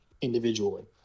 individually